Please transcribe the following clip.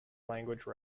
language